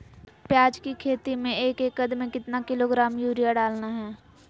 प्याज की खेती में एक एकद में कितना किलोग्राम यूरिया डालना है?